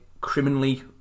criminally